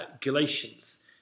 Galatians